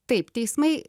taip teismai